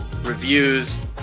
reviews